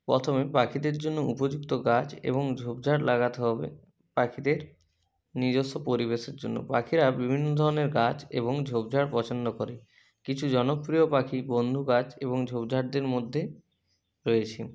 প্রথমে পাখিদের জন্য উপযুক্ত গাছ এবং ঝোপঝাড় লাগাতে হবে পাখিদের নিজস্ব পরিবেশের জন্য পাখিরা বিভিন্ন ধরনের গাছ এবং ঝোপঝাড় পছন্দ করে কিছু জনপ্রিয় পাখি বন্ধু গাছ এবং ঝোপঝাড়দের মধ্যে রয়েছে